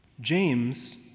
James